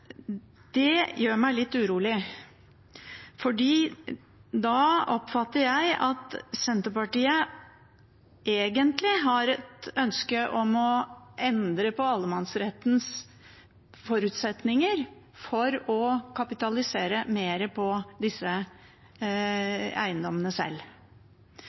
Det gjør meg litt urolig, for da oppfatter jeg at Senterpartiet egentlig har et ønske om å endre på allemannsrettens forutsetninger for å kapitalisere mer på disse eiendommene selv.